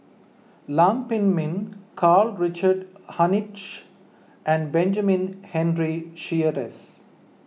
Lam Pin Min Karl Richard Hanitsch and Benjamin Henry Sheares